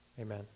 Amen